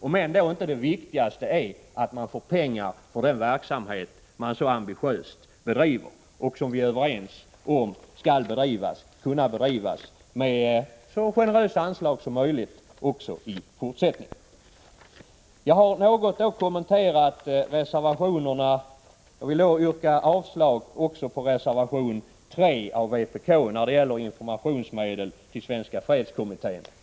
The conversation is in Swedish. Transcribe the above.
Det viktigaste måste väl ändå vara att man får pengar till den verksamhet man:-så ambitiöst bedriver och som vi är överens om skall kunna bedrivas med så generösa anslag som möjligt också i fortsättningen. Jag vill yrka avslag också på reservation 3, som har avgivits av vpkrepresentanten i utskottet och som gäller informationsmedel till Svenska fredskommittén.